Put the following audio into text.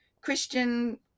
Christian